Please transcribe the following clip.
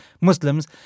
Muslims